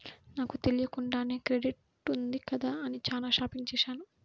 నాకు తెలియకుండానే క్రెడిట్ ఉంది కదా అని చానా షాపింగ్ చేశాను